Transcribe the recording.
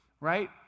Right